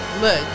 look